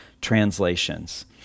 translations